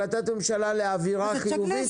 שבעצם זה היה כמו החלטת ממשלה לאווירה חיובית?